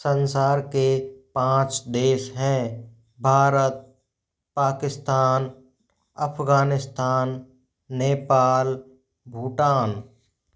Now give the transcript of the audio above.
संसार के पाँच देश हैं भारत पाकिस्तान अफ़ग़ानिस्तान नेपाल भूटान